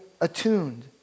attuned